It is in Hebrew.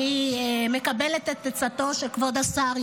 אני מקבלת את עצתו של כבוד השר.